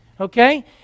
okay